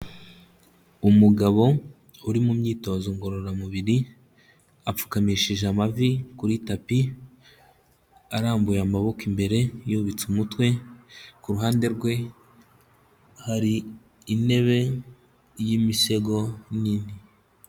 Umugabo uri mu myitozo ngororamubiri, apfukamishije amavi kuri tapi, arambuye amaboko imbere, yubitse umutwe, ku ruhande rwe hari intebe y'imisego nini.